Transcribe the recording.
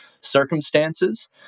circumstances